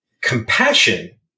compassion